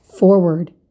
forward